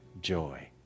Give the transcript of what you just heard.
joy